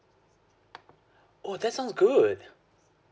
oh that sounds good